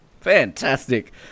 Fantastic